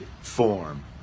form